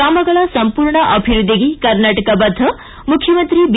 ಗ್ರಾಮಗಳ ಸಂಪೂರ್ಣ ಅಭಿವ್ಯದ್ದಿಗೆ ಕರ್ನಾಟಕ ಬದ್ದ ಮುಖ್ಚಮಂತ್ರಿ ಬಿ